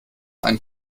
ein